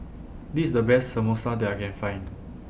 This IS The Best Samosa that I Can Find